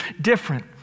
different